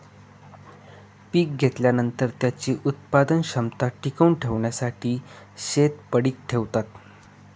पीक घेतल्यानंतर, त्याची उत्पादन क्षमता टिकवून ठेवण्यासाठी शेत पडीक ठेवतात